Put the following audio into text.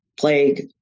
plague